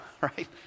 right